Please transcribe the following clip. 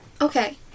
Okay